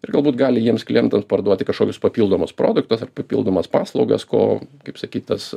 ir galbūt gali jiems klientas parduoti kažkokius papildomus produktus ar papildomas paslaugas ko kaip sakyt tas